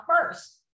first